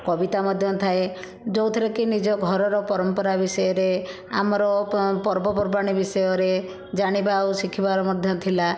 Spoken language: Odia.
କବିତା ମଧ୍ୟ ଥାଏ ଯେଉଁଥିରେକି ନିଜ ଘରର ପରମ୍ପରା ବିଷୟରେ ଆମର ପର୍ବପର୍ବାଣୀ ବିଷୟରେ ଜାଣିବା ଆଉ ଶିଖିବାର ମଧ୍ୟ ଥିଲା